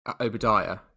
Obadiah